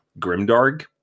Grimdarg